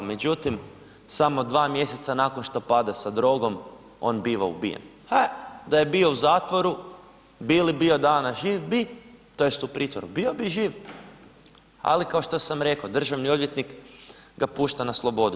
Međutim, samo 2 mjeseca nakon što pada sa drogom on biva ubijen, ha, da je bio u zatvoru, bili bio danas živ, bi, tj. u pritvoru, bio bi živ, ali kao što sam rekao državni odvjetnik ga pušta na slobodu.